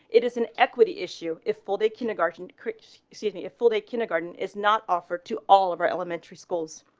it is an equity issue. if full day kindergarten, she had me a full day kindergarten is not offered to all of our elementary schools.